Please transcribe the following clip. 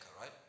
right